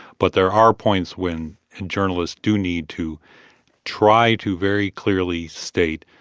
but there are points when and journalists do need to try to very clearly state,